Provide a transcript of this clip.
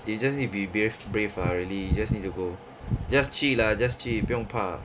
you just need to be brave brave ah really you just need to go just 去 lah just 去不用怕